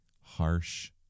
harsh